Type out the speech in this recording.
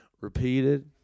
repeated